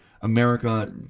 america